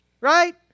right